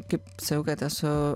kaip sakiau kad esu